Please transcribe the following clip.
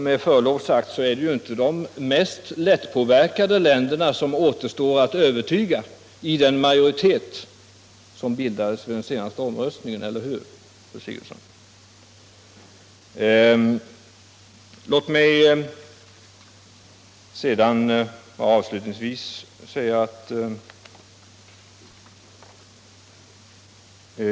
Med förlov sagt är det inte de mest lättpåverkade länderna som det återstår att övertyga i den majoritet som bildades vid den senaste omröstningen — eller hur, fru Sigurdsen?